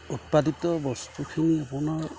উৎপাদিত বস্তুখিনি আপোনাৰ